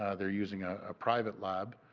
ah they are using a ah private lab,